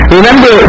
Remember